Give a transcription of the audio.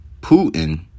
Putin